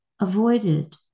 avoided